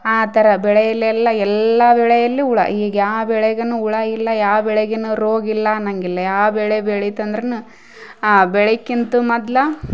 ಆ ಥರ ಬೆಳೆಯಲೆಲ್ಲ ಎಲ್ಲಾ ಬೆಳೆಯಲ್ಲಿ ಹುಳ ಈಗ ಯಾವ ಬೆಳೆಗೂನು ಹುಳ ಇಲ್ಲ ಯಾವ ಬೆಳೆಗಿನು ರೋಗಿಲ್ಲ ಅನ್ನಂಗಿಲ್ಲ ಯಾವ ಬೆಳೆ ಬೆಳಿತಂದರೂನು ಬೆಳಿಕ್ಕಿಂತ ಮೊದಲ